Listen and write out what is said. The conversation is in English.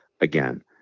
again